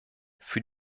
für